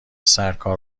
سرکار